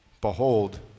Behold